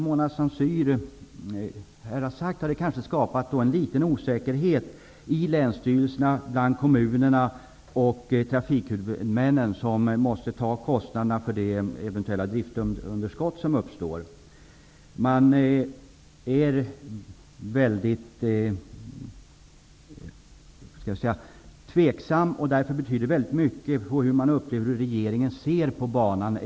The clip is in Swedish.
Mona Saint Cyr har sagt att det har skapats en liten osäkerhet i länsstyrelserna, bland kommunerna och trafikhuvudmännen, som måste ta kostnaderna för det eventuella driftunderskott som kan uppstå. De är tveksamma. Därför betyder regeringens syn på banan mycket.